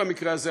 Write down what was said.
במקרה הזה,